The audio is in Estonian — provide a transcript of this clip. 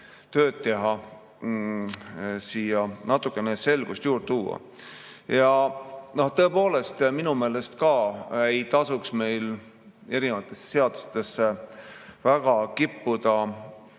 siia natukene selgust juurde tuua. Tõepoolest, ka minu meelest ei tasuks meil erinevatesse seadustesse väga kippuda,